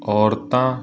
ਔਰਤਾਂ